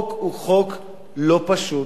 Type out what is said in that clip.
החוק הוא חוק לא פשוט,